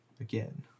again